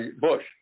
Bush